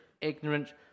ignorant